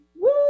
Woo